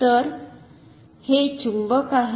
तर हे चुंबक आहे